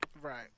Right